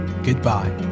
Goodbye